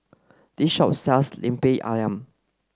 this shop sells Lemper Ayam